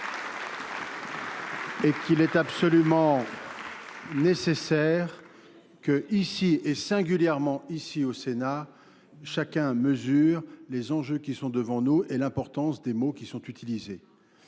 Et qu'il est absolument nécessaire que, ici et singulièrement ici au Sénat, chacun mesure les enjeux qui sont devant nous et l'importance des mots qui sont utilisés.